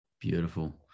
Beautiful